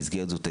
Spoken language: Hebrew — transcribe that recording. במסגרת זאת,